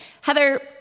Heather